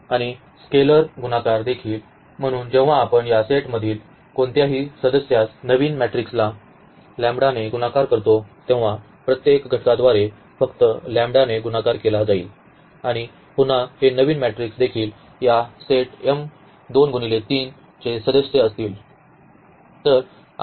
आणि स्केलर गुणाकार देखील म्हणून जेव्हा आपण या सेटमधील कोणत्याही सदस्यास ने गुणाकार करतो नवीन मॅट्रिक्सला ने गुणाकार करतो तेव्हा प्रत्येक घटकाद्वारे फक्त ने गुणाकार केला जाईल आणि पुन्हा हे नविन मॅट्रिक्स देखील या सेट चे सदस्य असतील